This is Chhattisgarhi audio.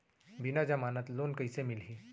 बिना जमानत लोन कइसे मिलही?